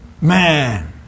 Man